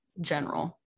general